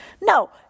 No